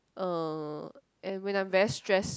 uh and when I'm very stressed